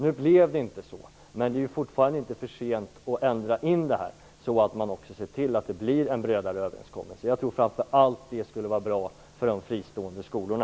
Nu blev det inte så, men det är ju fortfarande inte för sent att göra en ändring så att det blir en bredare överenskommelse. Jag tror att det framför allt skulle vara bra för de fristående skolorna.